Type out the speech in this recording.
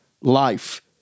life